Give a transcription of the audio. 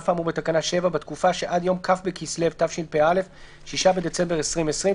בתקופה שעד יום הפעלת קניוןכ' בכסלו התשפ"א (6 בדצמבר 2020),